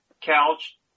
couch